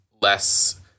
less